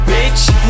Bitch